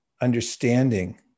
understanding